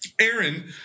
Aaron